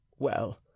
Well